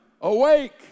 awake